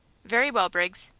very well, briggs.